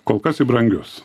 kol kas į brangius